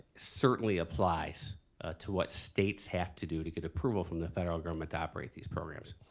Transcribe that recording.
certainly applies to what states have to do to get approval from the federal government to operate these programs.